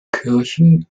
kirchen